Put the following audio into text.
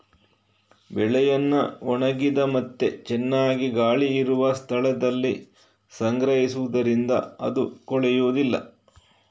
ಬೆಳೆಯನ್ನ ಒಣಗಿದ ಮತ್ತೆ ಚೆನ್ನಾಗಿ ಗಾಳಿ ಇರುವ ಸ್ಥಳದಲ್ಲಿ ಸಂಗ್ರಹಿಸುದರಿಂದ ಅದು ಕೊಳೆಯುದಿಲ್ಲ